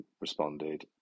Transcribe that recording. responded